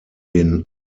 den